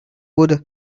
would